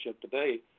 today